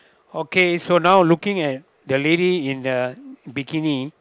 okay so now looking at the lady in the bikini